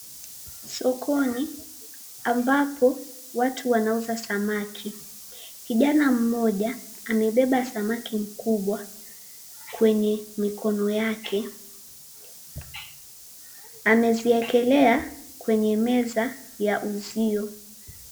Sokoni ambapo watu wanauza samaki. Kijana mmoja amebeba samaki mkubwa kwenye mikono yake. Ameziekelea kwenye meza ya uzio.